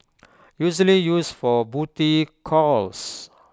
usually used for booty calls